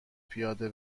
پیاده